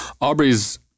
Aubrey's